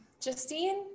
Justine